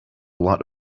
lot